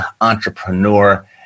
entrepreneur